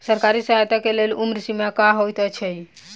सरकारी सहायता केँ लेल उम्र सीमा की हएत छई?